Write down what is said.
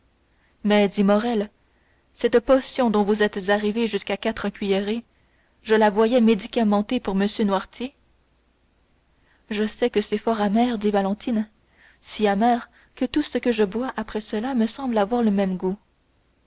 mais dit morrel cette potion dont vous êtes arrivée jusqu'à quatre cuillerées je la voyais médicamentée pour m noirtier je sais que c'est fort amer dit valentine si amer que tout ce que je bois après cela me semble avoir le même goût